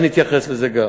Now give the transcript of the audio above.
ואני אתייחס גם לזה.